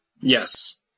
Yes